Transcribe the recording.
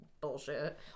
bullshit